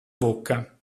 bocca